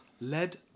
Led